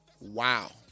wow